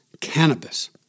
cannabis